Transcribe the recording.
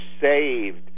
saved